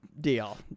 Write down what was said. deal